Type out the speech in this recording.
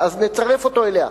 ואז נצרף אותו אליה.